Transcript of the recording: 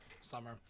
summer